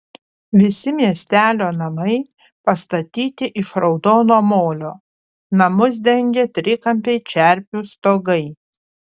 visi miestelio namai pastatyti iš raudono molio namus dengia trikampiai čerpių stogai